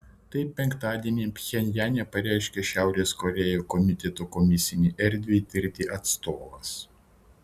tai penktadienį pchenjane pareiškė šiaurės korėjos komiteto kosminei erdvei tirti atstovas